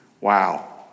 Wow